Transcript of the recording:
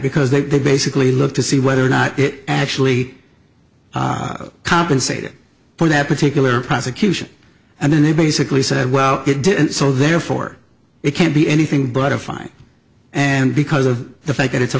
because they basically look to see whether or not it actually compensated for that particular prosecution and then they basically said well it didn't so therefore it can't be anything but a fine and because of the fact that it's a